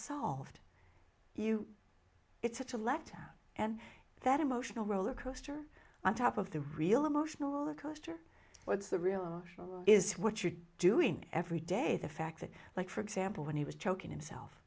solved you it's such a letdown and that emotional roller coaster on top of the real emotional rollercoaster what's the real issue is what you're doing every day the fact that like for example when he was choking himself